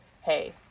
hey